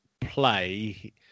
play